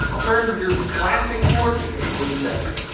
turn your plastic fork into metal.